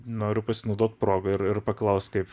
noriu pasinaudot proga ir ir paklaust kaip